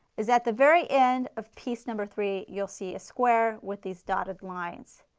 is at the very end of piece number three, you will see a square with these dotted lines.